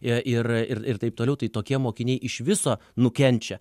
i ir ir ir taip toliau tai tokie mokiniai iš viso nukenčia